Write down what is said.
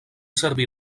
servir